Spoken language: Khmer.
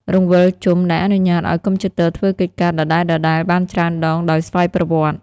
រង្វិលជុំ ដែលអនុញ្ញាតឱ្យកុំព្យូទ័រធ្វើកិច្ចការដដែលៗបានច្រើនដងដោយស្វ័យប្រវត្តិ។